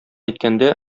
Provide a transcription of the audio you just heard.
әйткәндә